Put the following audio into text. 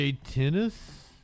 Tennis